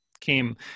came